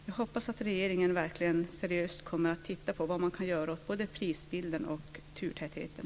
Jag hoppas att regeringen verkligen seriöst kommer att titta på vad man kan göra åt både prisbilden och turtätheten.